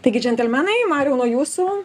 taigi džentelmenai mariau nuo jūsų